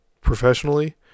professionally